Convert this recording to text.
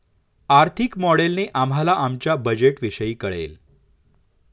आर्थिक मॉडेलने आम्हाला आमच्या बजेटविषयी कळेल